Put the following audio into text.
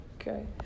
Okay